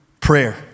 prayer